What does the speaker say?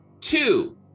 Two